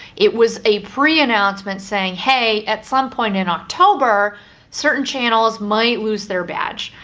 it was a pre-announcement saying hey, at some point in october certain channels might lose their badge.